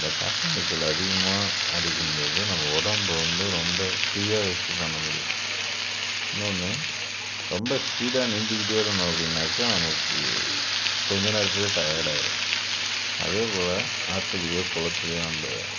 அந்த காக்கா நீச்சல் அதிகமாக அடிக்கும் போது நம்ப உடம்பு வந்து ரொம்ப ஃப்ரீயாக வெச்சு பண்ண முடியும் இன்னொன்று ரொம்ப ஸ்பீடாக நீந்திக்கிட்டே இருந்தோம் அப்படின்னாக்கா நமக்கு கொஞ்சம் நேரத்தில் டயர்ட் ஆயிடும் அதேபோல ஆற்றுலையோ குளத்துலையும் நம்ப